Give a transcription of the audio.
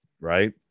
right